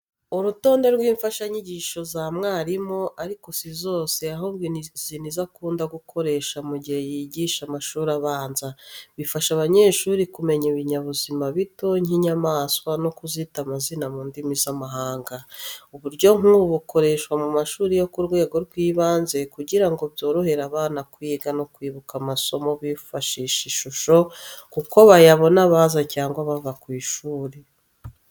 Urutonde rw'imfashanyigisho za mwarimu, ariko si zose ahubwo izi ni izo akunda gukoresha mu gihe yigisha amashuri abanza. Bifasha abanyeshuri kumenya ibinyabuzima bito nk’inyamaswa no kuzita amazina mu ndimi z’amahanga. Uburyo nk’ubu bukoreshwa mu mashuri yo ku rwego rw’ibanze kugira ngo byorohere abana kwiga no kwibuka amasomo bifashishije ishusho kuko bayabona baza cyangwa bava mu ishuri.